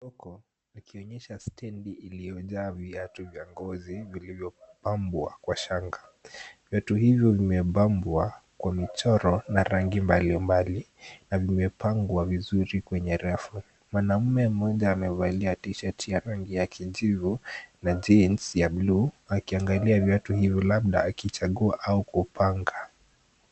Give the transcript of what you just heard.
Soko likionyesha stendi iliyojaa viatu vya ngozi vilivyopambwa kwa shanga. Viatu hivyo vimepambwa kwa michoro na rangi mbalimbali na vimepangwa vizuri kwenye rafu. Mwanamume mmoja amevalia tshirt ya rangi ya kijivu na jeans ya buluu akiangalia viatu hivo labda akichagua au kupanga.